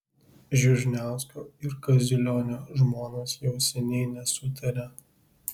žižniausko ir kaziulionio žmonos jau seniai nesutaria